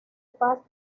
paz